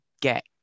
get